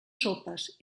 sopes